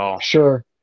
Sure